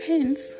Hence